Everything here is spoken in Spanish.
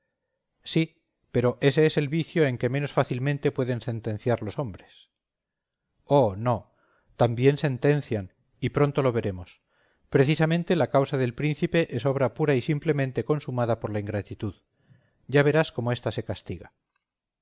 sí pero ese es el vicio en que menos fácilmente pueden sentenciar los hombres oh no también sentencian y pronto lo veremos precisamente la causa del príncipe es obra pura y simplemente consumada por la ingratitud ya verás cómo ésta se castiga